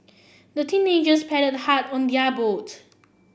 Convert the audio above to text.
the teenagers paddled hard on their boat